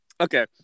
okay